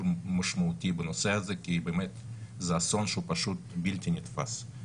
משמעותי בנושא הזה כי זה באמת אסון שהוא בלתי נתפס.